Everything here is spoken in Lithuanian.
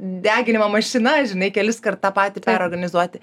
deginimo mašina žinai keliskart tą patį perorganizuoti